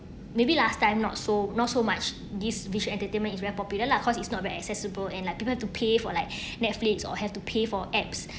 maybe last time not so not so much this visual entertainment is where popular lah cause it's not very accessible and like people have to pay for like netflix or have to pay for apps